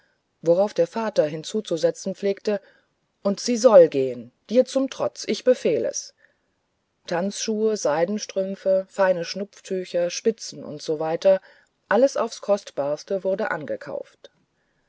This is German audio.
worauf der vater hinzuzusetzen pflegte und sie soll gehen dir zum trotz ich befehl es tanzschuhe seidenstrümpfe feine schnupftücher spitzen usw alles aufs kostbarste ward angekauft